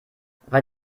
weil